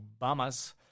Obama's